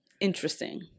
interesting